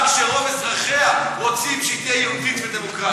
כשרוב אזרחיה רוצים שהיא תהיה יהודית ודמוקרטית.